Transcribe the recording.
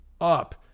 up